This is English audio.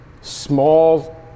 small